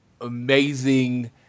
amazing